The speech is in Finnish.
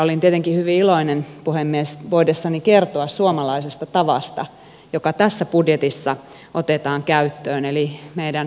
olin tietenkin hyvin iloinen puhemies voidessani kertoa suomalaisesta tavasta joka tässä budjetissa otetaan käyttöön eli meidän yhteiskuntatakuustamme nuorille